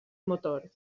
motor